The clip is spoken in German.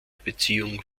beziehung